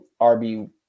RB